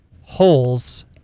holes